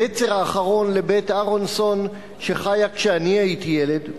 הנצר האחרון לבית אהרונסון, שחיה כשאני הייתי ילד.